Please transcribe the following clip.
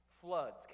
floods